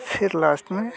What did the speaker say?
फिर लास्ट में